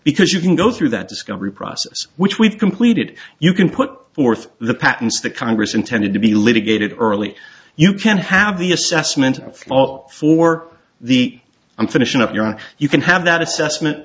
because you can go through that discovery process which we've completed you can put forth the patents that congress intended to be litigated early you can have the assessment of all for the i'm finishing up your you can have that assessment